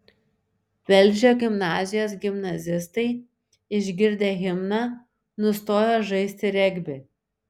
velžio gimnazijos gimnazistai išgirdę himną nustojo žaisti regbį